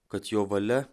kad jo valia